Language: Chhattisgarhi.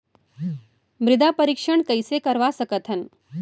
मृदा परीक्षण कइसे करवा सकत हन?